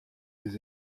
des